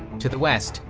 to the west,